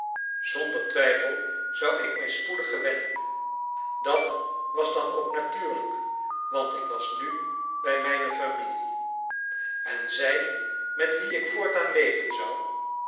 zonder twijfel zou ik mij spoedig gewennen dat was dan ook natuurlijk want ik was nu bij mijne familie en zij met wie ik voortaan leven zou